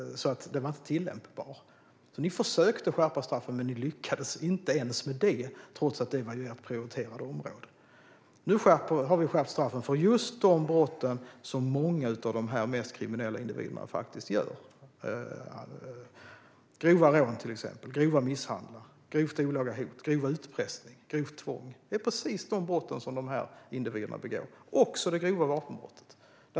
Det var inte tillämpbart. Ni försökte skärpa straffen, men ni lyckades inte ens med det trots att det var ett prioriterat område. Nu har straffen skärpts för just de brott som många av de mest kriminella individerna begår, till exempel grova rån, grov misshandel, grovt olaga hot, grov utpressning och grovt tvång. Det är precis de brotten som de individerna begår. Det gäller också grovt vapenbrott.